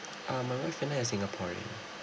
uh my wife and I are singaporean